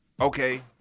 okay